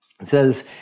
says